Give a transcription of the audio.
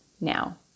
now